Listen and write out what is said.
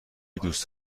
دوست